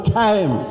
time